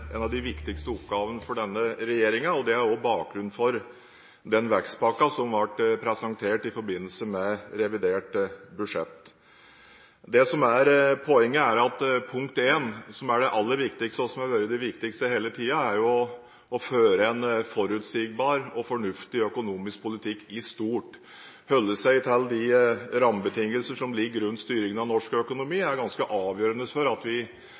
av de viktigste oppgavene for denne regjeringen. Det er også bakgrunnen for den vekstpakken som ble presentert i forbindelse med revidert budsjett. Det som er poenget og punkt én – som er aller viktigst, og som har vært det viktigste hele tiden – er å føre en forutsigbar og fornuftig økonomisk politikk i stort. Å holde seg til de rammebetingelser som ligger rundt styringen av norsk økonomi, er ganske avgjørende for at vi